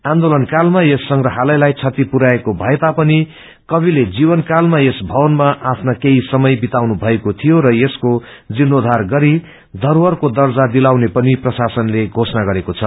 आन्दोलन कालमा यस संग्रहालयलाई क्षति पुर्याएको भएता पनि ककिको जीवन कालमा यस भवनमा आफ्ना केही समय विताउनु भएको थियो कविले र यसको जिर्णोधार गरि घरोहरको दर्जा दिलाउने पनि प्रशासनले घोषणा गरेको छ